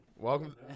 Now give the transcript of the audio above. Welcome